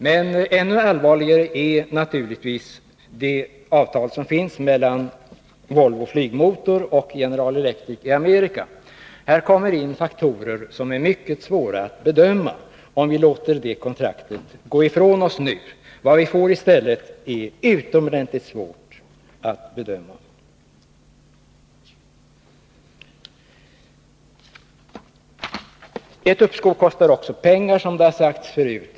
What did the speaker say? Men ännu allvarligare är naturligtvis det avtal som finns mellan Volvo Flygmotor och General Electric i Amerika. Om vi låter det kontraktet gå ifrån oss nu kommer faktorer in som är mycket svåra att bedöma. Vad vi får i stället är utomordentligt svårt att bedöma. Ett uppskov kostar pengar, vilket har sagts förut.